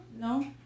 No